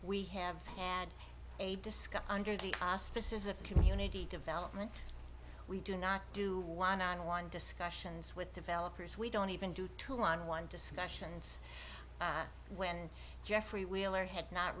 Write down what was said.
we have had a discussion under the auspices of community development we do not do one on one discussions with developers we don't even do two on one discussions when geoffrey wheeler had not